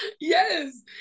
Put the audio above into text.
Yes